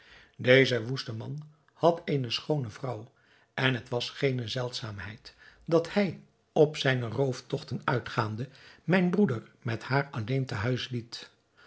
deze woeste man had eene schoone vrouw en het was geene zeldzaamheid dat hij op zijne rooftogten uitgaande mijn broeder met haar alleen te huis liet